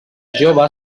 jove